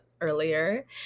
earlier